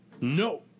No